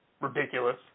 Ridiculous